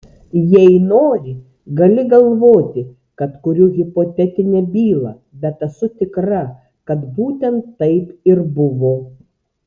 jei nori gali galvoti kad kuriu hipotetinę bylą bet esu tikra kad būtent taip ir buvo